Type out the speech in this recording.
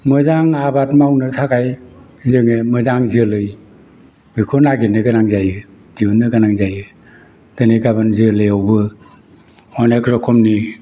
मोजां आबाद मावनो थाखाय जोङो मोजां जोलै बेखौ नागिरनो गोनां जायो दिहुननो गोनां जायो दिनै गाबोन जोलैयावबो अनेक रोखोमनि